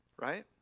right